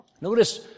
Notice